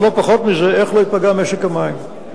אבל לא פחות מזה, איך לא ייפגע משק המים.